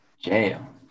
Jail